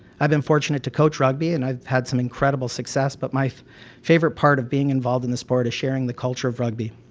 i've been fortunate to coach rugby and i've had some incredible success but my favorite part of being involved in the sport is sharing the culture of rugby.